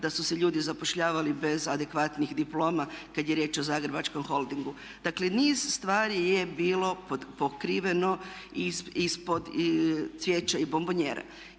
da su se ljudi zapošljavali bez adekvatnih diploma kad je riječ o zagrebačkom Holdingu. Dakle, niz stvari je bilo pokriveno ispod cvijeća i bombonijera.